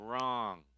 wrong